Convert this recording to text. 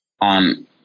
on